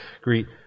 Greet